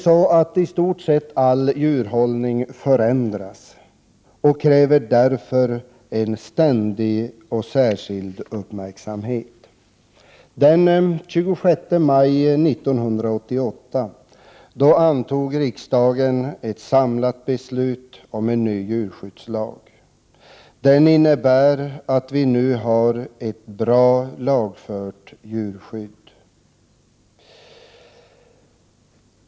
I stort sett all djurhållning förändras ständigt och kräver därför särskild uppmärksamhet. Den 26 maj 1988 antog riksdagen ett samlat beslut om en ny djurskyddslag. Den innebär att vi nu har ett bra, lagfört djurskydd.